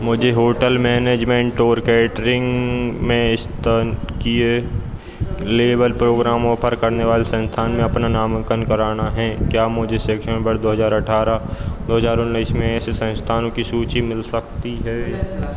मुझे hotel management और catering में स्नातकीय लेवल प्रोग्राम ऑफ़र करने वाले संस्थान में अपना नामांकन करना है क्या मुझे शैक्षणिक वर्ष दो हजार अठारह दो हजार उन्नीस में ऐसे संस्थानों की सूची मिल सकती है